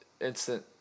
instant